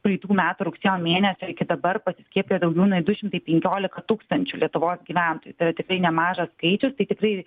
praeitų metų rugsėjo mėnesio iki dabar pasiskiepija daugiau nei du šimtai penkiolika tūkstančių lietuvos gyventojųtai yra tikrai nemažas skaičius tai tikrai